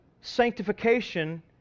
sanctification